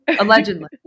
Allegedly